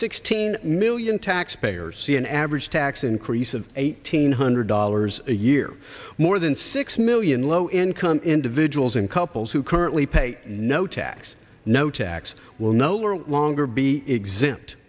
sixteen million taxpayers see an average tax increase of eighteen hundred dollars a year more than six million low income individuals and couples who currently pay no tax no tax will no longer be exempt